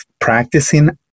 practicing